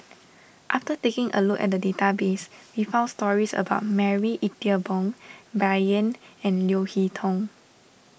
after taking a look at the database we found stories about Marie Ethel Bong Bai Yan and Leo Hee Tong